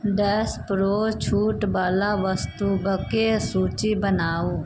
dash Pro छूट बला वस्तुबकेँ सूची बनाउ